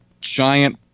giant